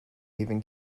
even